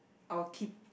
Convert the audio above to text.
I will keep